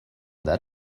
that